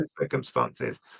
circumstances